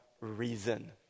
reason